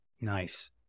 Nice